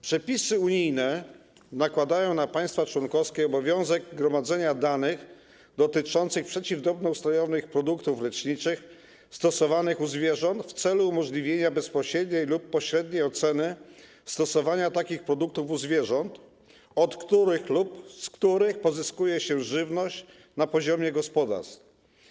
Przepisy unijne nakładają na państwa członkowskie obowiązek gromadzenia danych dotyczących przeciwdrobnoustrojowych produktów leczniczych stosowanych u zwierząt w celu umożliwienia bezpośredniej lub pośredniej oceny stosowania takich produktów u zwierząt, od których lub z których pozyskuje się żywność na poziomie gospodarstw.